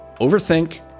overthink